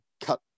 cut